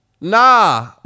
Nah